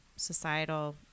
societal